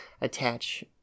attach